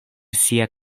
sia